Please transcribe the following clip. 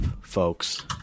folks